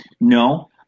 no